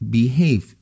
behave